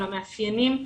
למאפיינים,